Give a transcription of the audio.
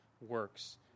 works